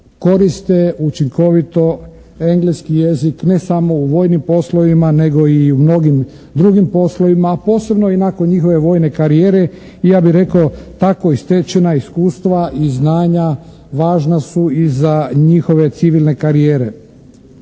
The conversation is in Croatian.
koriste učinkovito engleski jezik ne samo u vojnim poslovima nego i u mnogim drugim poslovima a posebno i nakon njihove vojne karijere i ja bih rekao tako i stečena iskustva i znanja važna su i za njihove civilne karijere.